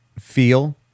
feel